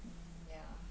mm ya